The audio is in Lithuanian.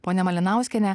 ponia malinauskiene